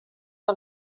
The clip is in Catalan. que